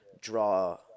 draw